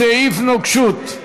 סעיף נוקשות),